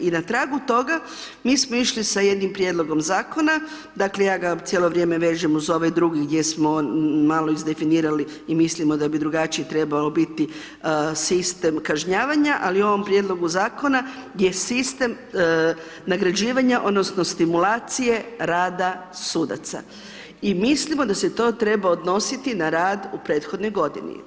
I na tragu toga mi smo išli sa jednim prijedlogom Zakona, dakle, ja ga cijelo vrijeme vežem uz ovaj drugi gdje smo malo izdefinirali i mislimo da bi drugačije trebalo biti sistem kažnjavanja, ali u ovom prijedlogu Zakona gdje je sistem nagrađivanja odnosno stimulacije rada sudaca i mislimo da se to treba odnositi na rad u prethodnoj godini.